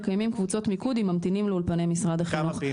מקיימים קבוצות מיקוד עם ממתינים לאולפני משרד החינוך.